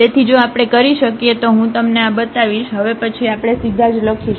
તેથી જો આપણે કરી શકીએ તો હું તમને આ માટે બતાવીશ હવે પછી આપણે સીધા જ લખીશું